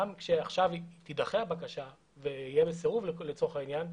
גם כאשר עכשיו תידחה הבקשה ויהיה סירוב לצורך העניין,